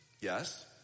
yes